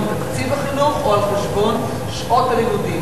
תקציב החינוך או על חשבון שעות הלימודים.